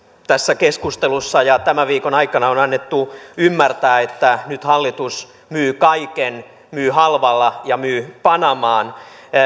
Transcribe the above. tässä keskustelussa ja tämän viikon aikana on annettu ymmärtää että nyt hallitus myy kaiken myy halvalla ja myy panamaan